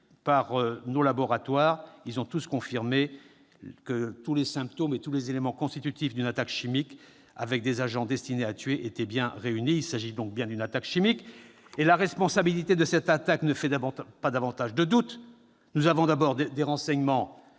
-et nos laboratoires : ceux-ci ont tous confirmé que tous les symptômes et tous les éléments constitutifs d'une attaque chimique avec des agents destinés à tuer étaient réunis. Il s'agit donc bien d'une attaque chimique. Quant à la responsabilité de cette attaque, elle ne fait pas davantage de doute. Nous disposons d'abord de renseignements